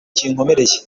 kinkomereye